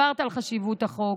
עמדת כאן, דיברת על חשיבות החוק,